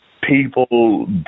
people